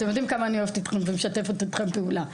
אתם יודעים כמה אני אוהבת אתכם ומשתפת אתכם פעולה,